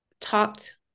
talked